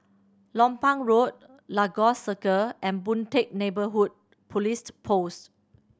Lompang Road Lagos Circle and Boon Teck Neighbourhood Police Post